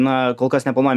na kol kas neplanuojama